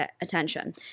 attention